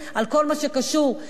על כל מה שקשור להלנה,